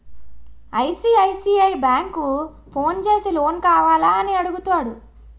ICICI bank phone చేసి loan కావాల అని అడుగుతాడు